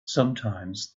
sometimes